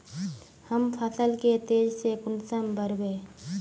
हम फसल के तेज से कुंसम बढ़बे?